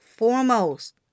foremost